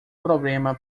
problema